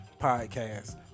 Podcast